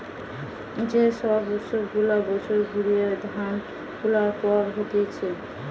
যে সব উৎসব গুলা বছর ঘুরিয়ে ধান তুলার পর হতিছে